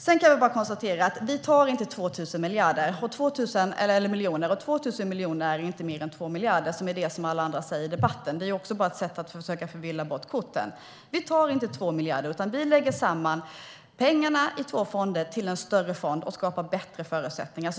Jag kan bara konstatera att vi inte tar 2 000 miljoner, och 2 000 miljoner är inte mer än 2 miljarder, som är det som alla andra säger i debatten. Det är också bara ett sätt att blanda bort korten och försöka förvilla. Vi tar inte 2 miljarder utan lägger samman pengarna i två fonder till en större fond för att skapa bättre förutsättningar.